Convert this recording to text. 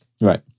Right